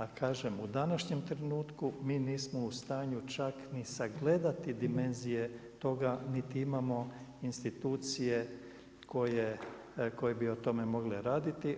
A kažem u današnjem trenutku mi nismo u stanju čak ni sagledati dimenzije toga niti imamo institucije koje bi o tome mogle raditi,